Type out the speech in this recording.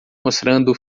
mostrando